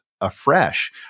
afresh